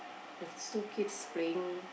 the suitcase is playing